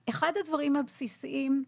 אחד הדברים הבסיסיים,